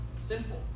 sinful